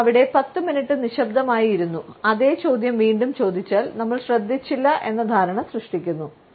നമ്മൾ അവിടെ പത്തുമിനിറ്റ് നിശബ്ദമായി ഇരുന്നു അതേ ചോദ്യം വീണ്ടും ചോദിച്ചാൽ നമ്മൾ ശ്രദ്ധിച്ചില്ല എന്ന ധാരണ സൃഷ്ടിക്കുന്നു